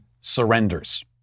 surrenders